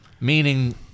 Meaning